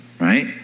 Right